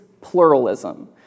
pluralism